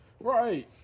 Right